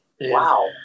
wow